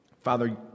Father